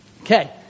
Okay